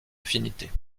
affinités